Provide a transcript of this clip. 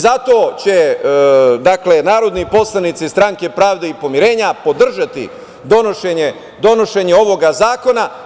Zato će narodni poslanici Stranke pravde i pomirenja podržati donošenja ovog zakona.